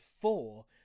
four